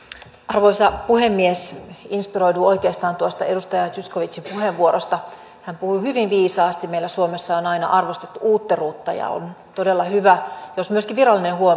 arvoisa puhemies inspiroiduin oikeastaan tuosta edustaja zyskowiczin puheenvuorosta hän puhui hyvin viisaasti meillä suomessa on aina arvostettu uutteruutta ja on todella hyvä jos myöskin virallinen